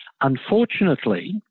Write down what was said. Unfortunately